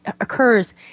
occurs